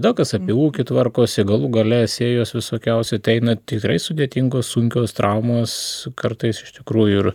daug kas apie ūkį tvarkosi galų gale sėjos visokiausios ateina tikrai sudėtingos sunkios traumos kartais iš tikrųjų ir